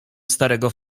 starego